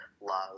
love